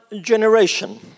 generation